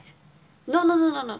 no no no no no